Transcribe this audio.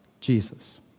Jesus